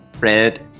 red